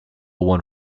won